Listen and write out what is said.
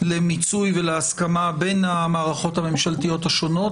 למיצוי ולהסכמה בין המערכות הממשלתיות השונות.